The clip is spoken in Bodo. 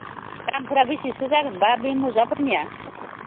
दामफोरा बेसेसो जागोन बा बे मुजाफोरनिया